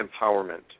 Empowerment